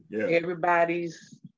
everybody's